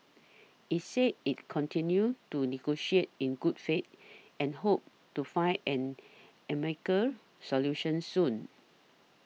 it said it continued to negotiate in good faith and hoped to find an amicable solution soon